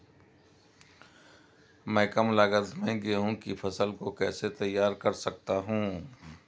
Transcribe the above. मैं कम लागत में गेहूँ की फसल को कैसे तैयार कर सकता हूँ?